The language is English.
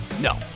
No